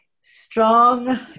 strong